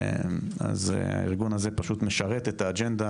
אז הארגון הזה פשוט משרת את האג'נדה,